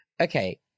okay